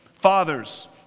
Fathers